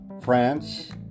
France